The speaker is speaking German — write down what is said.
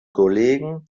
kollegen